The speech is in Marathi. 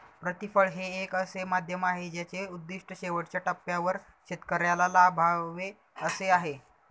प्रतिफळ हे एक असे माध्यम आहे ज्याचे उद्दिष्ट शेवटच्या टप्प्यावर शेतकऱ्याला लाभावे असे आहे